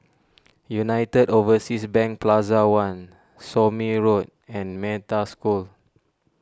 United Overseas Bank Plaza one Somme Road and Metta School